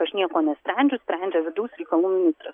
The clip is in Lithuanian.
aš nieko nesprendžiu sprendžia vidaus reikalų ministras